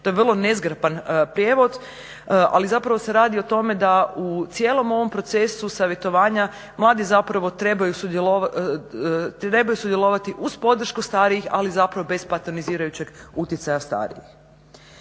To je vrlo nezgrapan prijevod ali se radi o tome da u cijelom ovom procesu savjetovanja mladi trebaju sudjelovati uz podršku starijih ali bez patronizirajućeg utjecaja starijih.